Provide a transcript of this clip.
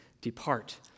Depart